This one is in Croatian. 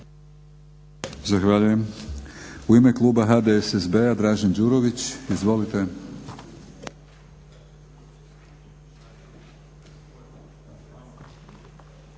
Zahvaljujem. U ime Kluba HDSSB-a Dražen Đurović. Izvolite.